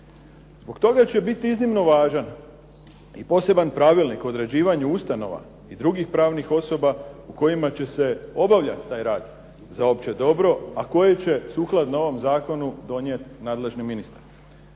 Zbog toga ću biti iznimno važan i poseban pravilnik o određivanju ustanova i drugih pravnih osoba u kojima će se obavljati taj rad za opće dobro, a koji će sukladno ovom zakonu donijeti nadležni ministar.